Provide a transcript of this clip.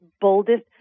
boldest